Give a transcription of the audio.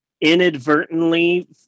inadvertently